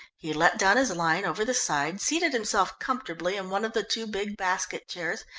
he let down his line over the side, seated himself comfortable in one of the two big basket chairs,